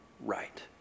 right